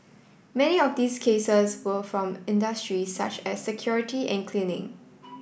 many of these cases were from industries such as security and cleaning